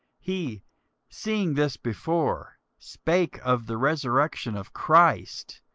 he seeing this before spake of the resurrection of christ,